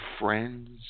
friends